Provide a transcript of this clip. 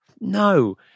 no